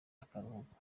akaruhuko